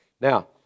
Now